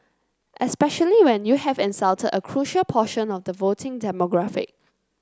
especially when you have insulted a crucial portion of the voting demographic